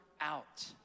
out